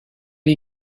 les